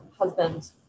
husband